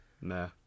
Nah